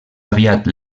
aviat